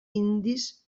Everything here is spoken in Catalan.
indis